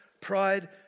pride